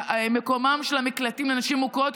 מקומם של המקלטים לנשים מוכות,